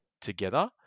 together